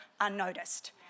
unnoticed